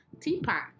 Teapot